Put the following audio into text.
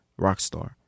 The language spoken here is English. Rockstar